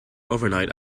overnight